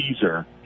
teaser